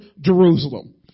Jerusalem